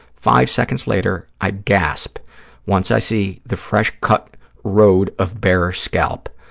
five seconds later, i gasp once i see the fresh-cut road of bare scalp.